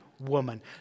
woman